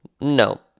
no